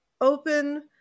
open